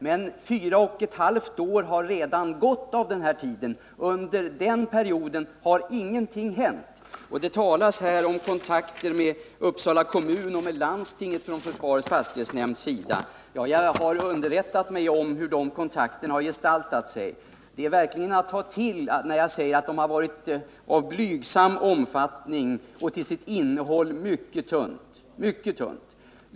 Men fyra och ett halvt år av den tiden har redan gått. Under den perioden har ingenting hänt. Det talas här om kontakter mellan å ena sidan Uppsala kommun och Uppsala läns landsting och å andra sidan försvarets fastighetsnämnd. Jag har låtit mig underrättas om hur de kontakterna har gestaltat sig. Det är verkligen att ta till om jag säger att dessa kontakter har varit av blygsam omfattning. Innehållet i kontakterna har varit mycket tunt.